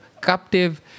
captive